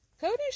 Cody